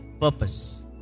purpose